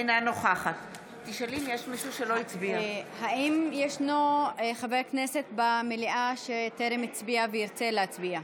אינה נוכחת האם ישנו חבר כנסת במליאה שטרם הצביע וירצה להצביע?